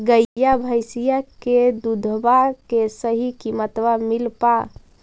गईया भैसिया के दूधबा के सही किमतबा मिल पा?